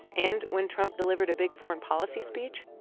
and when trump delivered a big foreign policy speech.